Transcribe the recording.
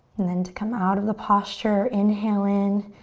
then to come out of the posture, inhale in.